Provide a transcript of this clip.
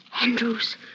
Andrews